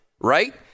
right